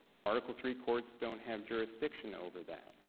article three courts don't have jurisdiction over that.